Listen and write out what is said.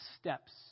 steps